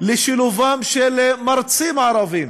לשילובם של מרצים ערבים